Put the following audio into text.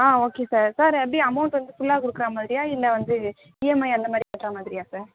okay sir sir எப்படி amount வந்து ஃபுல்லாக கொடுக்குற மாதிரியாக இல்லை வந்து இஎம்ஐ அந்தமாதிரி கட்டுற மாதிரியா சார்